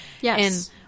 Yes